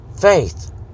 faith